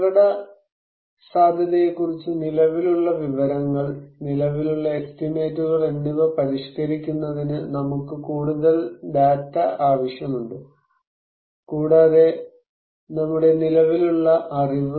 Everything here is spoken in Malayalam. അപകടസാധ്യതയെക്കുറിച്ച് നിലവിലുള്ള വിവരങ്ങൾ നിലവിലുള്ള എസ്റ്റിമേറ്റുകൾ എന്നിവ പരിഷ്കരിക്കുന്നതിന് നമുക്ക് കൂടുതൽ ഡാറ്റ ആവശ്യമുണ്ട് കൂടാതെ നമ്മുടെ നിലവിലുള്ള അറിവ്